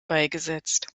beigesetzt